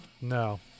No